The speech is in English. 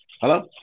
Hello